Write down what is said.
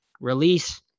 release